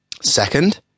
Second